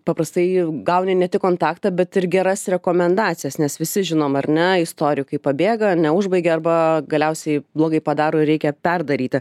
paprastai gauni ne tik kontaktą bet ir geras rekomendacijas nes visi žinom ar ne istorijų kai pabėga neužbaigia arba galiausiai blogai padaro ir reikia perdaryti